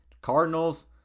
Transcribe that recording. Cardinals